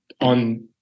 on